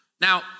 Now